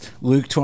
Luke